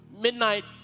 Midnight